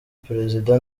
perezida